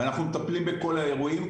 אנחנו מטפלים בכל האירועים,